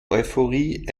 euphorie